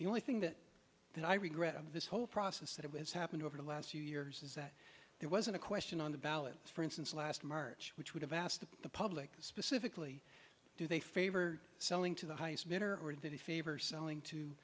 the only thing that i regret of this whole process that has happened over the last few years is that there wasn't a question on the ballot for instance last march which would have asked the public specifically do they favor selling to the heisman or indeed a favor selling to